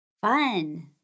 Fun